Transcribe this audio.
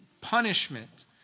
punishment